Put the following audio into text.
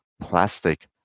plastic